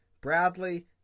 Bradley